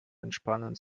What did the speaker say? entspannen